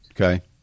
Okay